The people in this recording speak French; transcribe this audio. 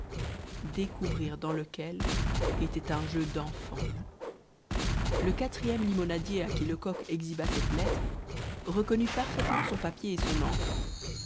découvrir dans lequel était un jeu d'enfant le quatrième limonadier à qui lecoq exhiba cette lettre reconnut parfaitement son papier et son encre